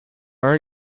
are